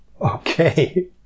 Okay